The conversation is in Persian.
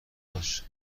باش